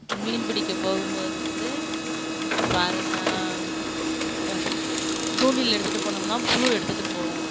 மீன் பிடிக்க போகும்போதது வ தூண்டில் எடுத்துகிட்டு போனம்னால் புழு எடுத்துகிட்டு போவோம்